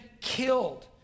killed